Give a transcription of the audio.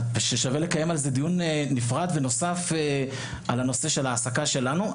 ששווה לקיים על זה דיון נפרד ונוסף על הנושא של ההעסקה שלנו,